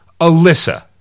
Alyssa